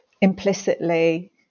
implicitly